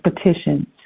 petitions